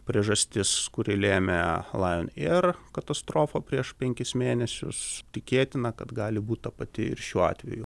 priežastis kuri lėmė lajon eir katastrofą prieš penkis mėnesius tikėtina kad gali būti ta pati ir šiuo atveju